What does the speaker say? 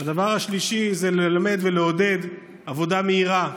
הדבר השלישי זה ללמד ולעודד עבודה מהירה,